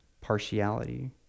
partiality